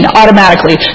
automatically